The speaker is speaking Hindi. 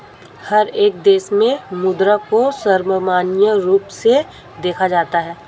हर एक देश में मुद्रा को सर्वमान्य रूप से देखा जाता है